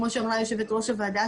כמו שאמרה יושבת ראש הוועדה,